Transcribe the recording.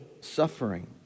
suffering